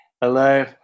Hello